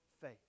faith